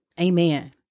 Amen